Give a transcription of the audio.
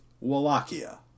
Wallachia